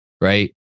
right